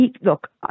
Look